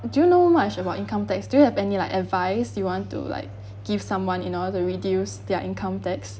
do you know much about income tax do you have any like advice you want to like give someone in order to reduce their income tax